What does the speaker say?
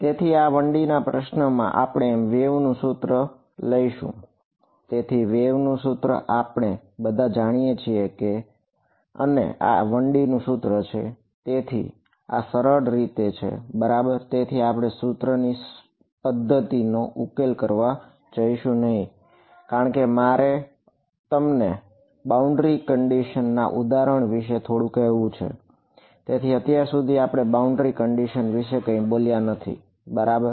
તેથી આ 1D ના પ્રશ્ન માં આપણે વેવ વિષે કઈ બોલ્યા નથી બરાબર